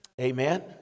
Amen